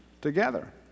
together